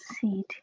seed